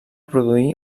produir